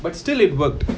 but still it worked